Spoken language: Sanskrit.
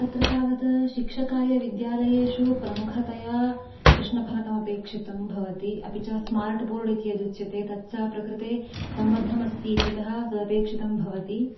तत्र तावत् शिक्षकाय विद्यालयेषु प्रमुखतया कृष्णफलकमपेक्षितं भवति अपि च स्मार्ट् बोर्ड् इति यदुच्यते तच्च प्रकृते सम्बद्धमस्ति इत्यतः तदपेक्षितं भवति